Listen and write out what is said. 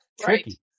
tricky